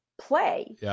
play